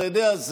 אתה יודע,